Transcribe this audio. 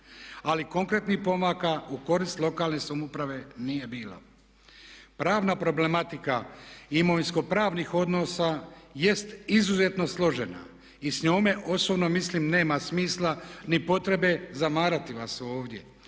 ali konkretnih pomaka u korist lokalne samouprave nije bilo. Pravna problematika imovinsko-pravnih odnosa jest izuzetno složena i s njome osobno mislim nema smisla ni potrebe zamarati vas ovdje.